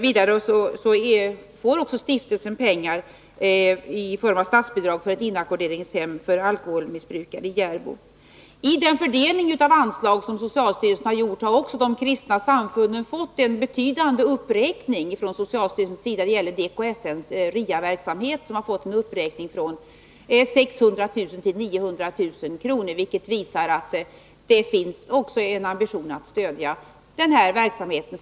Vidare får stiftelsen pengar i form av statsbidrag för ett inackorderingshem för alkoholmissbrukare i Järbo. I den fördelning av anslag som socialstyrelsen gjort har de kristna samfunden fått en betydande uppräkning. DKSN:s RIA-verksamhet har fått en uppräkning från 600 000 till 900 000 kr., vilket visar att det från socialstyrelsens sida finns en ambition att stödja den här verksamheten.